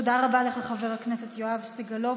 תודה רבה לך, חבר הכנסת יואב סגלוביץ'.